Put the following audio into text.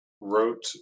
wrote